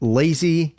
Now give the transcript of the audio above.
lazy